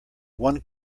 one